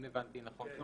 אם הבנתי נכון את